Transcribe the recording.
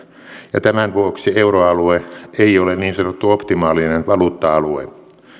ja tämän vuoksi euroalue ei ole niin sanottu optimaalinen valuutta alue